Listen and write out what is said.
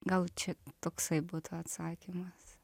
gal čia toksai būtų atsakymas